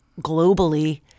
globally